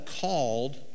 called